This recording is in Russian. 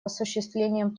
осуществлением